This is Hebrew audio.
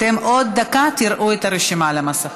אתם בעוד דקה תראו את הרשימה על המסכים.